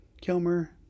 Kilmer